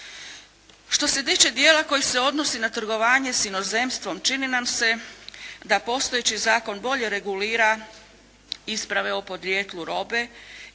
Što se tiče dijela koji se odnosi na trgovanje s inozemstvom čini nam se da postojeći zakon bolje regulira isprave o podrijetlu robe